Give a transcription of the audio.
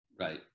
Right